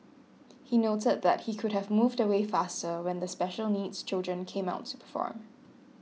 he noted that he could have moved away faster when the special needs children came out to perform